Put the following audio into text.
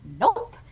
Nope